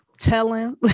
telling